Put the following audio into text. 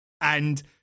and-